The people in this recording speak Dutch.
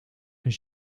een